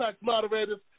moderators